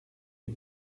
les